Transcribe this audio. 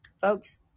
Folks